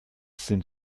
sind